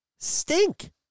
stink